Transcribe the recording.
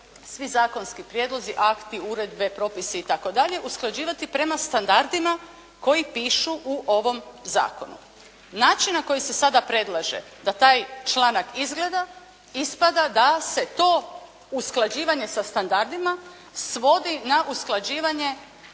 svi zakonski prijedlozi, akti, propisi itd. usklađivati prema standardima koji pišu u ovom zakonu. Način na koji se sada predlaže da taj članak izgleda ispada da se to usklađivanje sa standardima svodi na usklađivanje